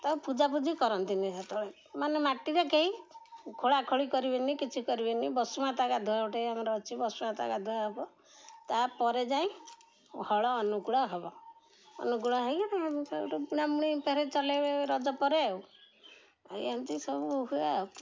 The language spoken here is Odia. ତାଙ୍କୁ ପୂଜାପୂଜି କରନ୍ତିନି ସେତେବେଳେ ମାନେ ମାଟିରେ କେହି ଖୋଳାଖୋଳି କରିବେନି କିଛି କରିବେନି ବସୁମାତା ଗାଧୁଆ ଗୋଟେ ଆମର ଅଛି ବସୁମାତା ଗାଧୁଆ ହବ ତାପରେ ଯାଇ ହଳ ଅନୁକୂଳ ହେବ ଅନୁକୂଳ ହେଇକି ଗୋଟେ ବୁଣାାମୁଣି ଚଲେଇବେ ରଜ ପରେ ଆଉ ଏମିତି ସବୁ ହୁଏ ଆଉ